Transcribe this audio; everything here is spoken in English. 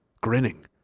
grinning